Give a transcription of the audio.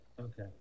Okay